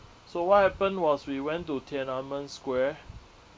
so what happened was we went to tiananmen square